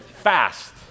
Fast